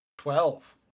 Twelve